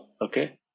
okay